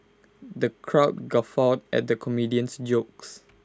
the crowd guffawed at the comedian's jokes